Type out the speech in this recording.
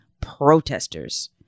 protesters